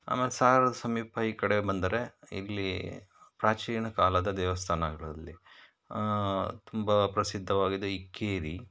ಆಮೇಲೆ ಸಾಗರದ ಸಮೀಪ ಈ ಕಡೆ ಬಂದರೆ ಇಲ್ಲಿ ಪ್ರಾಚೀನ ಕಾಲದ ದೇವಸ್ಥಾನಗಳಲ್ಲಿ ತುಂಬ ಪ್ರಸಿದ್ಧವಾಗಿದೆ ಇಕ್ಕೇರಿ